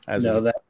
No